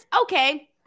Okay